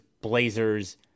blazers